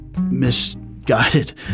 misguided